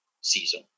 season